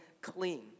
clean